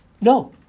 No